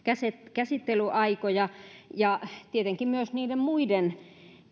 käsittelyaikoja ja tietenkin myös niiden muiden